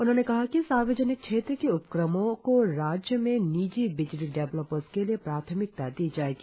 उन्होंने कहा कि सार्वजनिक क्षेत्र के उपक्रमों को राज्य में निजी बिजली डेवलपर्स के लिए प्राथमिकता दी जाएगी